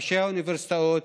ראשי האוניברסיטאות,